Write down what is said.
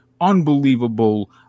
unbelievable